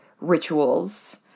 rituals